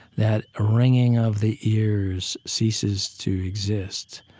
that ringing of the ears ceases to exist.